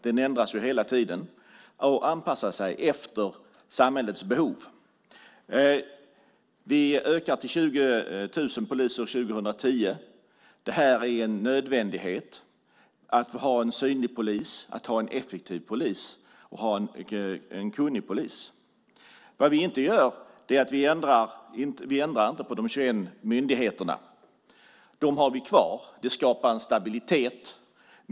Den ändras hela tiden och anpassar sig efter samhällets behov. Vi ökar till 20 000 poliser år 2010. Det är en nödvändighet att vi har en synlig polis, att vi har en effektiv polis och att vi har en kunnig polis. Det vi inte gör är att ändra de 21 myndigheterna. Dem har vi kvar. Det skapar en stabilitet.